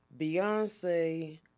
Beyonce